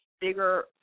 bigger